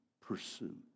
pursuit